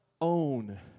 own